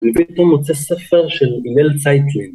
ופתאום מוצא ספר של הלל צייטלין.